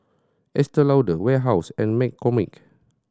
Estee Lauder Warehouse and McCormick